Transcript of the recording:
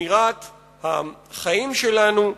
לשמירת החיים שלנו,